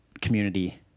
community